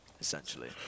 essentially